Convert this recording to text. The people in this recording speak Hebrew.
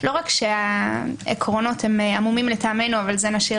לא רק שהעקרונות עמומים לטעמנו אבל את זה נשאיר